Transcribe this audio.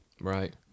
right